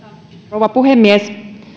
rouva puhemies